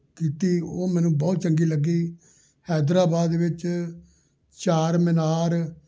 ਕੀਤੀ ਉਹ ਮੈਨੂੰ ਬਹੁਤ ਚੰਗੀ ਲੱਗੀ ਹੈਦਰਾਬਾਦ ਵਿੱਚ ਚਾਰ ਮੀਨਾਰ